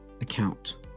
account